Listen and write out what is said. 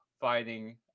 fighting